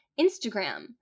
Instagram